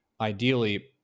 ideally